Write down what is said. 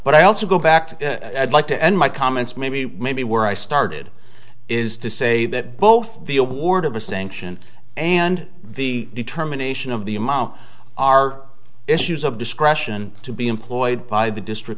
but i also go back to like to end my comments maybe maybe where i started is to say that both the award of a sanction and the determination of the amount are issues of discretion to be employed by the district